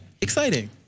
Exciting